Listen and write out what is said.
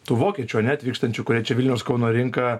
tų vokiečių ane atvykstančių kurie čia vilniaus kauno rinka